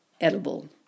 edible